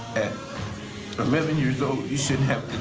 at eleven years old, you shouldn't have